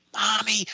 Mommy